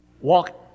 walk